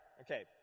okay